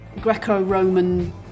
Greco-Roman